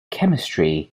chemistry